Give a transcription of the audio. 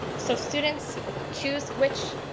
so students choose which